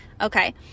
Okay